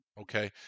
Okay